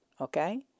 Okay